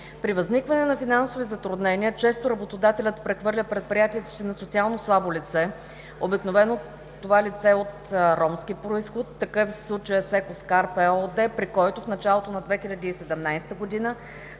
При възникване на финансови затруднения, често работодателят прехвърля предприятието си на социално слабо лице, обикновено това лице е от ромски произход. Такъв е случаят с „Еко скарпе“ ЕООД, при който в началото на 2017 г.